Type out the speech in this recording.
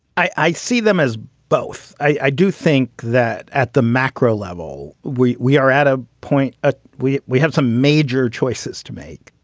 i i see them as both. i do think that at the macro level, we we are at a point ah where we have some major choices to make.